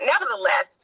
nevertheless